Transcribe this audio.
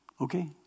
Okay